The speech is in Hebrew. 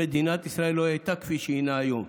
מדינת ישראל לא הייתה כפי שהינה היום.